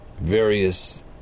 various